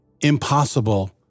impossible